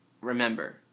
remember